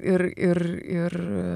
ir ir ir